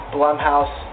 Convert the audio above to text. Blumhouse